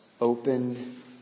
Open